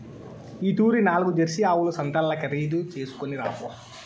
ఈ తూరి నాల్గు జెర్సీ ఆవుల సంతల్ల ఖరీదు చేస్కొని రాపో